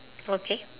okay